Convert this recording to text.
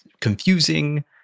confusing